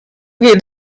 geht